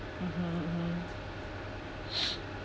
mmhmm mmhmm